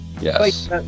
yes